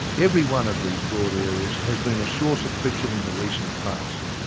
every one of these broad areas has been a source of friction in the recent past.